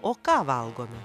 o ką valgome